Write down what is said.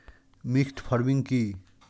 Mixed farming কি?